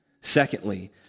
Secondly